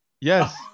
Yes